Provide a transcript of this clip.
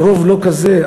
הרוב לא כזה.